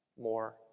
more